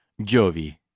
Jovi